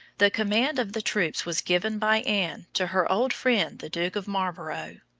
the command of the troops was given by anne to her old friend the duke of marlborough.